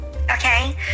Okay